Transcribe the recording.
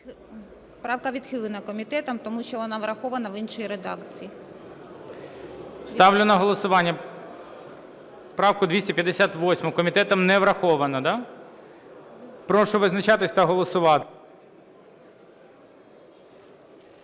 Правка відхилена комітетом, тому що вона врахована в іншій редакції. ГОЛОВУЮЧИЙ. Ставлю на голосування правку 258. Комітетом не врахована, да? Прошу визначатися та голосувати.